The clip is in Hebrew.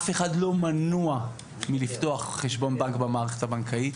אף אחד לא מנוע מפתוח חשבון בנק במערכת הבנקאית.